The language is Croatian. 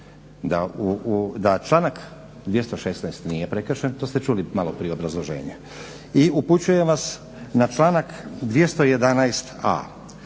da članak 216. Nije prekršen to ste čuli maloprije obrazloženje. I upućujem vas na članak 211.